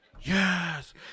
Yes